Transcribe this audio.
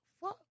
fuck